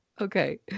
Okay